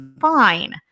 fine